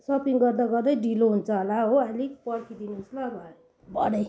shopping गर्दा गर्दै ढिलो हुन्छ होला हो अलिक पर्खिदिनु होस् ल भरे